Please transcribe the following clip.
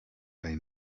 they